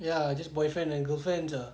ya just boyfriend and girlfriend ah